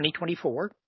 2024